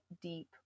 deep